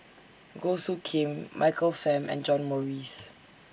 Goh Soo Khim Michael Fam and John Morrice